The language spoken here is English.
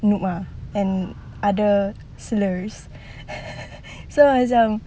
noob ah and ada slurs so macam